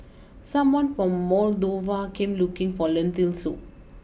someone from Moldova came looking for Lentil Soup